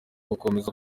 gukomeza